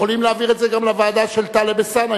יכולים להעביר את זה גם לוועדה של טלב אלסאנע,